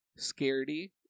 Scaredy